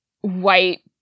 white